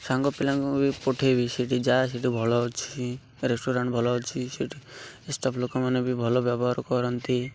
ସାଙ୍ଗ ପିଲାଙ୍କୁ ବି ପଠେଇବି ସେଠି ଯାହା ସେଠି ଭଲ ଅଛି ରେଷ୍ଟୁରାଣ୍ଟ ଭଲ ଅଛି ସେଠି ଷ୍ଟାଫ ଲୋକମାନେ ବି ଭଲ ବ୍ୟବହାର କରନ୍ତି